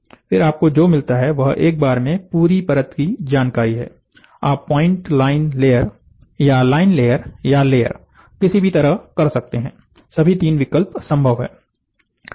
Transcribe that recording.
फिर आपको जो मिलता है वह एक बार में पूरी परत की जानकारी है आप पॉइंट लाइन लेयर या लाइन लेयर या लेयर किसी भी तरह से कर सकते हैं सभी तीन विकल्प संभव है